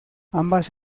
ambas